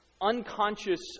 unconscious